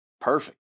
perfect